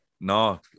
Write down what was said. No